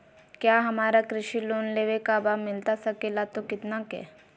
क्या हमारा कृषि लोन लेवे का बा मिलता सके ला तो कितना के?